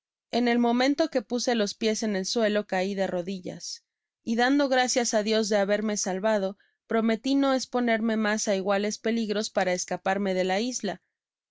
en el momento que puse los pies en el suelo cai de rodillas y dando gracias á dios de haberme salvado prometi no esponerme mas á iguales peligros para escaparme de la isla